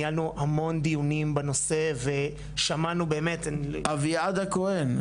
ניהלנו המון דיונים בנושא, ושמענו אביעד הכהן?